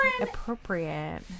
appropriate